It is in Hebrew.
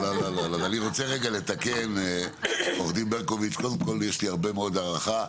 אני רוצה רגע לתקן עורך דין ברקוביץ קודם כל יש לי הרבה מאוד הערכה,